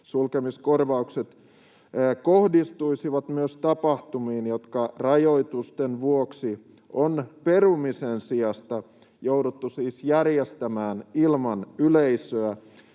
sulkemiskorvaukset kohdistuisivat myös tapahtumiin, jotka rajoitusten vuoksi on perumisen sijasta jouduttu siis järjestämään ilman yleisöä,